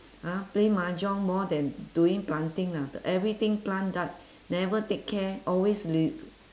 !huh! play mahjong more than doing planting lah the everything plant died never take care always re~